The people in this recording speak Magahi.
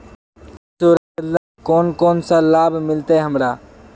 इंश्योरेंस करेला से कोन कोन सा लाभ मिलते हमरा?